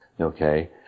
okay